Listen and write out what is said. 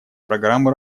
программу